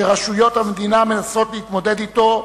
שרשויות המדינה מנסות להתמודד אתו,